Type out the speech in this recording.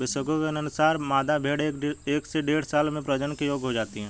विशेषज्ञों के अनुसार, मादा भेंड़ एक से डेढ़ साल में प्रजनन के योग्य हो जाती है